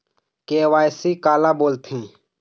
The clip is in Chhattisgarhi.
के.वाई.सी काला बोलथें?